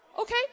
Okay